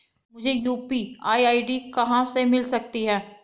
मुझे अपनी UPI ID कहां मिल सकती है?